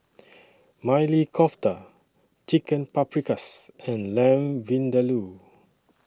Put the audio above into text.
Maili Kofta Chicken Paprikas and Lamb Vindaloo